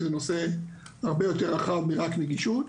שזה נושא הרבה יותר רחב מרק נגישות.